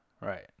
Right